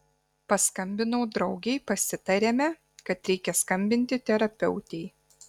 paskambinau draugei pasitarėme kad reikia skambinti terapeutei